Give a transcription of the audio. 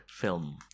film